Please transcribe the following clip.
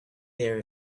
there